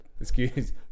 excuse